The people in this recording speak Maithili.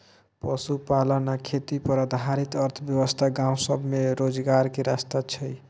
पशुपालन आ खेती पर आधारित अर्थव्यवस्था गाँव सब में रोजगार के रास्ता छइ